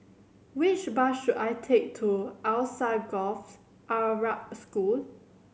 which bus should I take to Alsagoff Arab School